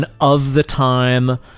of-the-time